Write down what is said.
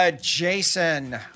Jason